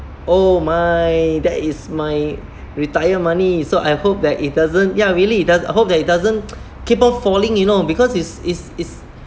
oh my that is my retire money so I hope that it doesn't ya really does I hope that it doesn't keep on falling you know because it's it's it's